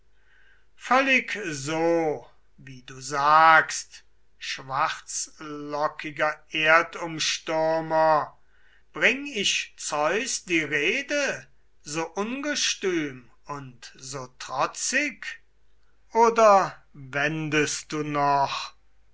völlig so wie du sagst schwarzlockiger erdumstürmer bring ich zeus die rede so ungestüm und so trotzig oder wendest du noch